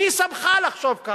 מי שמך לחשוב ככה?